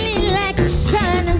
election